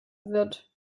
wird